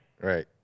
Right